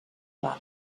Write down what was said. val